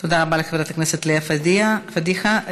תודה רבה לחברת הכנסת לאה פדייה, אה, פדיחה.